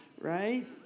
right